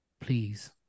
please